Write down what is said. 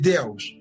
Deus